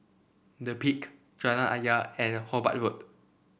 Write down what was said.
The Peak Jalan Ayer and Hobart Road